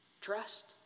Trust